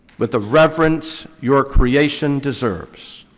with the reverence your creation deserves.